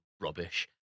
rubbish